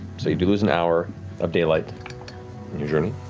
so you do lose an hour of daylight in your journey.